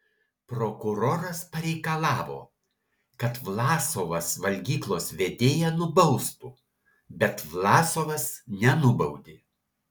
prokuroras pareikalavo kad vlasovas valgyklos vedėją nubaustų bet vlasovas nenubaudė